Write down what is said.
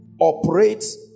Operates